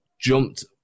jumped